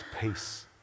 peace